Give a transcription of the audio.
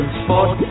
sport